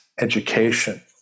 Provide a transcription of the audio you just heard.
education